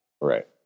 Right